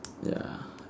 ya